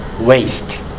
waste